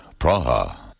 Praha